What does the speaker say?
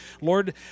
Lord